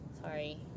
sorry